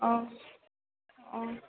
অঁ অঁ